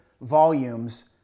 volumes